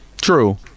True